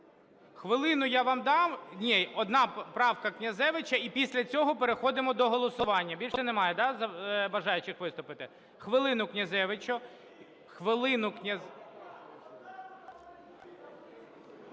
Хвилину я вам дам. Ні, одна правка Князевича - і після цього переходимо до голосування. Більше немає, да, бажаючих виступити? Хвилину Князевичу. Хвилину – Князевич.